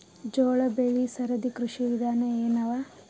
ಜೋಳ ಬೆಳಿ ಸರದಿ ಕೃಷಿ ವಿಧಾನ ಎನವ?